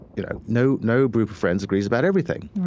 you know, no no group of friends agrees about everything